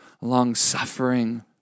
long-suffering